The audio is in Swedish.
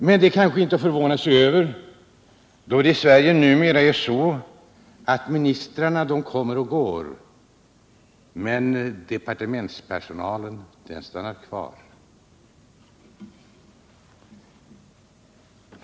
Men det kanske inte är att förvåna sig över, då det i Sverige numera är så att ministrarna kommer och går men departementspersonalen stannar kvar.